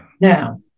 now